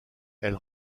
elle